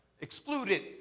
excluded